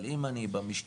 אבל אם אני במשטרה,